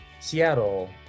Seattle